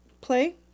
play